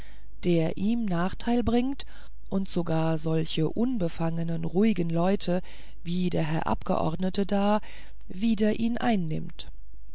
der ihm nachteil bringt und sogar solche unbefangene ruhige leute wie der herr abgeordnete da wider ihn einnimmt